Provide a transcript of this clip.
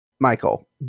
Michael